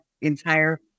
entire